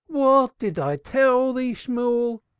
what did i tell thee, shemuel?